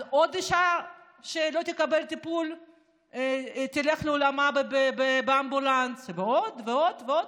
אז עוד אישה שלא תקבל טיפול ותלך לעולמה באמבולנס ועוד ועוד ועוד,